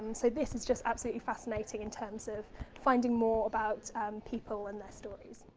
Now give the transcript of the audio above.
so this is just absolutely fascinating in terms of finding more about people and their stories